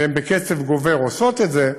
והן בקצב גובר עושות את זה.